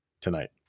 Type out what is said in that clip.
tonight